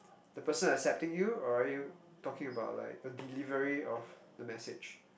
the person accepting you or are you talking about like the delivery of the message